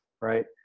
right